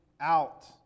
out